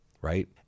right